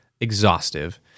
exhaustive